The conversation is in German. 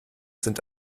sind